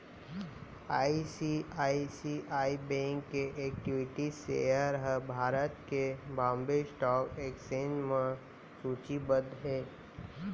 ICICI bank equity इक्विटी सेयर ह भारत के बांबे स्टॉक एक्सचेंज म सूचीबद्ध हे